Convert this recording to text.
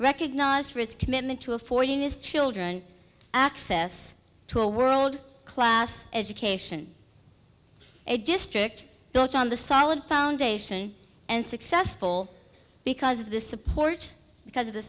recognized for its commitment to affording his children access to a world class education a district built on the solid foundation and successful because of the support because of the